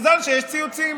מזל שיש ציוצים.